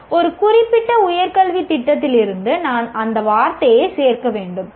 ஒரு குறிப்பிட்ட உயர் கல்வித் திட்டத்திலிருந்து நான் அந்த வார்த்தையைச் சேர்க்க வேண்டும்